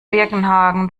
birkenhagen